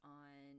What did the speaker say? on